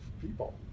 people